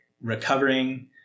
recovering